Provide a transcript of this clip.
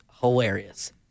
hilarious